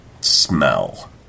smell